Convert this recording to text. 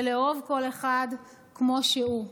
ולאהוב כל אחד כמו שהוא.